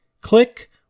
click